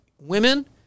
women